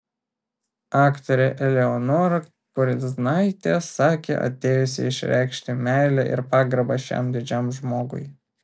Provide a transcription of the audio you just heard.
aktorė eleonora koriznaitė sakė atėjusi išreikšti meilę ir pagarbą šiam didžiam žmogui